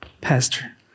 pastor